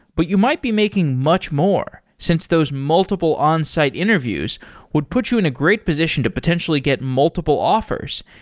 but you might be making much more since those multiple onsite interviews would put you in a great position to potentially get multiple offers,